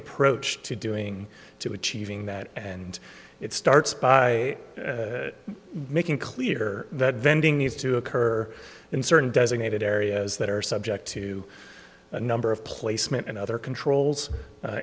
approach to doing to achieving that and it starts by making clear that vending needs to occur in certain designated areas that are subject to a number of placement and other controls